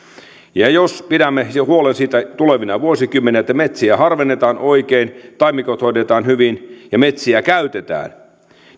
jos pidämme huolen siitä tulevina vuosikymmeninä että metsiä harvennetaan oikein taimikot hoidetaan hyvin ja metsiä käytetään